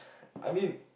I mean